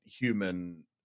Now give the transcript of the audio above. human